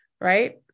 Right